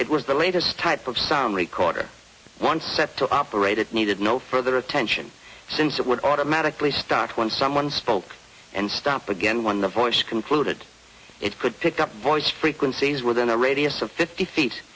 it was the latest type of sound recorder one set to operate it needed no further attention since it would automatically start when someone spoke and stopped again when the voice concluded it could pick up voice frequencies within a radius of fifty feet